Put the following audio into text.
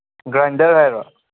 grinder ꯍꯥꯏꯔꯣ